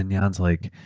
and yeah is like,